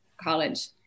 college